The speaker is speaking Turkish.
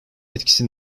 etkisi